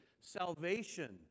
salvation